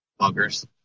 Buggers